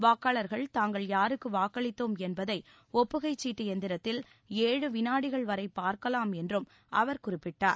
வாக்காளர்கள் தாங்கள் யாருக்கு வாக்களித்தோம் என்பதை ஒப்புகைச் சீட்டு எந்திரத்தில் ஏழு வினாடிகள் வரை பார்க்கலாம் என்றும் அவர் குறிப்பிட்டார்